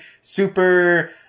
super